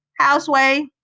Houseway